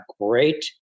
great